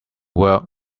work